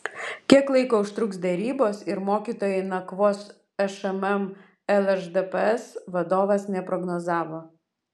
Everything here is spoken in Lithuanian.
kiek laiko užtruks derybos ir mokytojai nakvos šmm lšdps vadovas neprognozavo